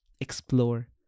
Explore